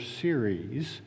series